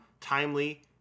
timely